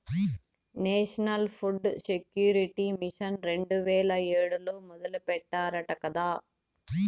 national food security mission రెండు వేల ఏడులో మొదలెట్టారట కదా